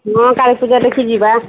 ହଁ କାଳୀ ପୂଜା ଦେଖି ଯିବା